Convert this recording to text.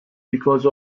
because